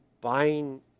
buying